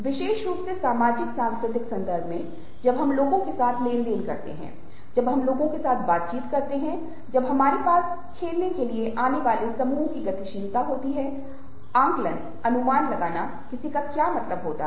विशेष रूप से सामाजिक सांस्कृतिक संदर्भ में जब हम लोगों के साथ लेन देन करते हैं जब हम लोगों के साथ बातचीत करते हैं जब हमारे पास खेलने के लिए आने वाले समूह की गतिशीलता होती है आकलन अनुमान लगाना किसी का क्या मतलब होता है